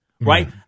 right